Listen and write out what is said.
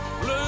Blue